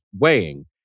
weighing